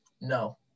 No